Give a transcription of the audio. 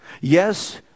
Yes